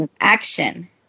action